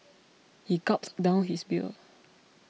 he gulped down his beer